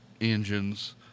engines